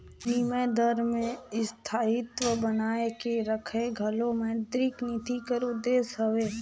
बिनिमय दर में स्थायित्व बनाए के रखई घलो मौद्रिक नीति कर उद्देस हवे